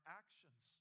actions